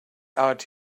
out